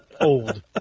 old